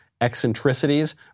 eccentricities